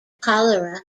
cholera